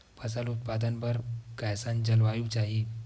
फसल उत्पादन बर कैसन जलवायु चाही?